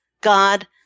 God